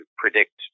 predict